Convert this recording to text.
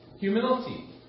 Humility